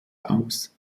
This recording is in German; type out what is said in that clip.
aus